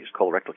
colorectal